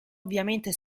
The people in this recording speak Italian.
ovviamente